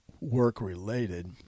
work-related